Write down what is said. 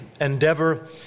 endeavor